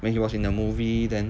when he was in the movie then